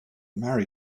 marry